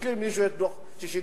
הזכיר מישהו את דוח-ששינסקי,